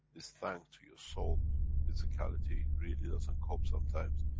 is thank to your soul physicality really doesn't cope sometimes,